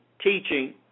teaching